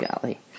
Golly